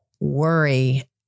worry